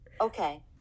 Okay